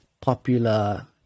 popular